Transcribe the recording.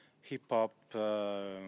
hip-hop